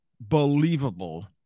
believable